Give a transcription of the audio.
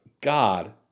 God